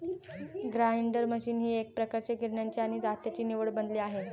grinder machine ही एकप्रकारे गिरण्यांची आणि जात्याची निवड बनली आहे